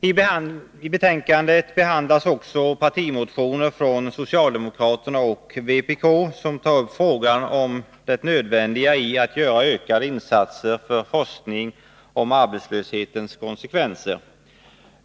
I betänkandet behandlas också partimotioner från socialdemokraterna och vpk som tar upp frågan om det nödvändiga i att göra insatser för forskning om arbetslöshetens konsekvenser.